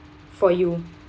for you